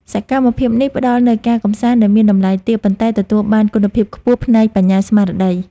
សកម្មភាពនេះផ្ដល់នូវការកម្សាន្តដែលមានតម្លៃទាប ប៉ុន្តែទទួលបានគុណភាពខ្ពស់ផ្នែកបញ្ញាស្មារតី។